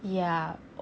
ya